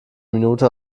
minute